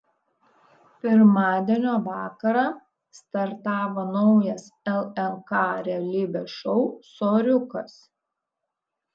pirmadienio vakarą startavo naujas lnk realybės šou soriukas